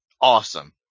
awesome